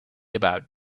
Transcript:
about